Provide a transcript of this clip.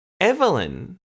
Evelyn